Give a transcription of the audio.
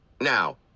Now